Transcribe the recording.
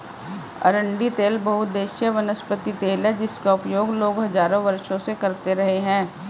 अरंडी तेल बहुउद्देशीय वनस्पति तेल है जिसका उपयोग लोग हजारों वर्षों से करते रहे हैं